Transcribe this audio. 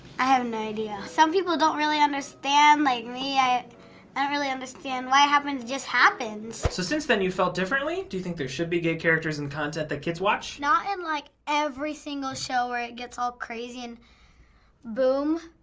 i have no idea. some people don't really understand. like me, i i don't really understand why it happens. it just happens. so since then, you've felt differently? do you think there should be gay characters in content that kids watch? not in like every single show where it gets all crazy and boom,